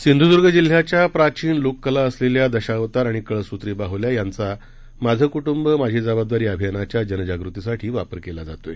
सिंधूद्र्ग जिल्ह्याच्या प्राचीन लोककला असलेल्या दशावतार आणि कळसूत्री बाहुल्या यांचा माझे कुटुंब माझी जबाबदारी अभियानाच्या जनजागृतीसाठी वापर करण्यात येतोय